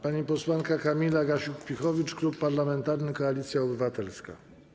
Pani posłanka Kamila Gasiuk-Pihowicz, Klub Parlamentarny Koalicja Obywatelska.